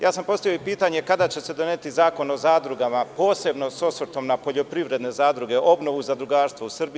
Ja sam postavio i pitanje kada će se doneti zakon o zadrugama, posebno s osvrtom na poljoprivredne zadruge, obnovu zadrugarstva u Srbiji?